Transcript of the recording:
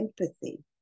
empathy